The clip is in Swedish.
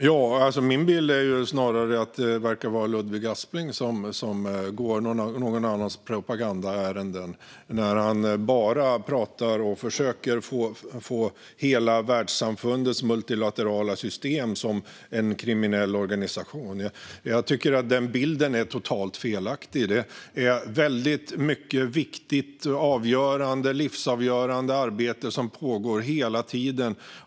Fru talman! Min bild är snarare att Ludvig Aspling verkar gå någon annans propagandaärenden när han bara pratar och försöker få det till att hela världssamfundets multilaterala system är en kriminell organisation. Jag tycker att den bilden är helt fel. Det är ett mycket viktigt och livsavgörande arbete som pågår hela tiden.